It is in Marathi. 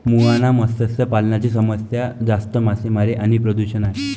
मुहाना मत्स्य पालनाची समस्या जास्त मासेमारी आणि प्रदूषण आहे